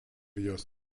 jos